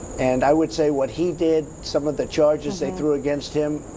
and i would say what he did, some of the charges they threw against him,